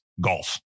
golf